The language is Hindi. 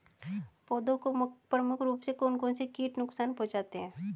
पौधों को प्रमुख रूप से कौन कौन से कीट नुकसान पहुंचाते हैं?